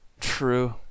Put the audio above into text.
True